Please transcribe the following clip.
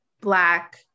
black